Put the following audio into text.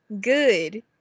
good